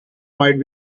might